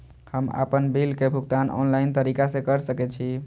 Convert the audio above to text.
हम आपन बिल के भुगतान ऑनलाइन तरीका से कर सके छी?